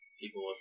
People